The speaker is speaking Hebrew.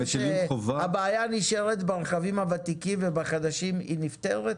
שהבעיה נשארת ברכבים הוותיקים ובחדשים היא נפתרת?